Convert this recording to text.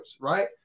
right